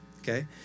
okay